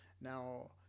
now